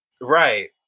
Right